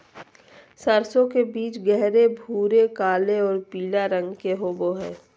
सरसों के बीज गहरे भूरे काले आऊ पीला रंग के होबो हइ